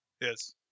Yes